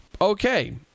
okay